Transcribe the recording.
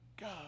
God